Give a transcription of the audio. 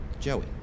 Joey